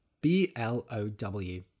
B-L-O-W